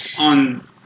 on